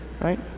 right